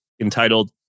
entitled